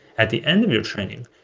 at the end of your training,